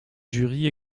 jury